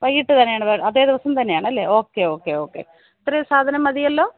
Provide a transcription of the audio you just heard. വൈകിട്ട് തന്നെയാണ് അതേ ദിവസം തന്നെയാണല്ലേ ഓക്കെ ഓക്കെ ഓക്കെ ഇത്രയും സാധനം മതിയല്ലോ